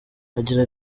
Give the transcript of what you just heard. agira